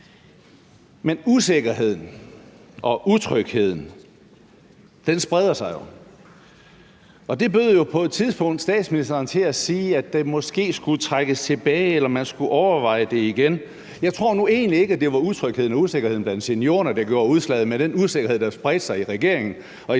Men usikkerheden og utrygheden spreder sig jo. Og det bød jo på et tidspunkt statsministeren at sige, at den måske skulle trækkes tilbage, eller at man skulle overveje det igen. Jeg tror nu egentlig ikke, det var utrygheden og usikkerheden blandt seniorerne, der gjorde udslaget, men den usikkerhed, der spredte sig i regeringen